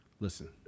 Listen